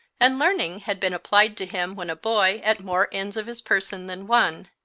and learning had been applied to him when a boy at more ends of his person than one.